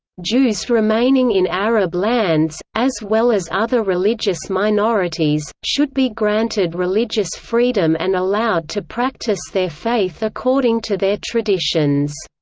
jews remaining in arab lands, as well as other religious minorities, should be granted religious freedom and allowed to practice their faith according to their traditions.